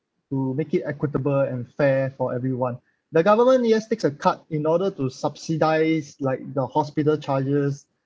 to make it equitable and fair for everyone the government yes takes a cut in order to subsidise like the hospital charges